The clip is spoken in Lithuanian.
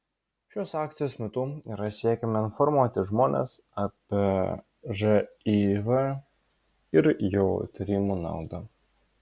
šios akcijos metu yra siekiama informuoti žmones apie živ ir jo tyrimo naudą